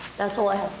that's all i have